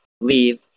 leave